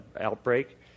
outbreak